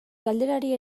galderari